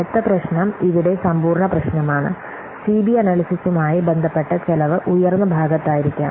അടുത്ത പ്രശ്നം ഇവിടെ സമ്പൂർണ്ണ പ്രശ്നമാണ് സിബി അനല്യ്സിസുമായി ബന്ധപ്പെട്ട ചെലവ് ഉയർന്ന ഭാഗത്തായിരിക്കാം